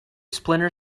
splinter